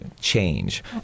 change